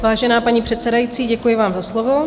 Vážená paní předsedající, děkuji vám za slovo.